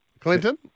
Clinton